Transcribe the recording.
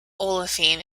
olefin